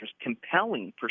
compelling